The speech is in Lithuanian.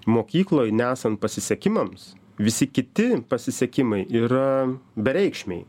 mokykloj nesant pasisekimams visi kiti pasisekimai yra bereikšmiai